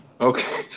okay